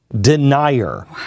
denier